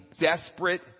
desperate